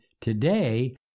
today